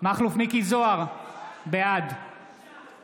מכלוף מיקי זוהר, בעד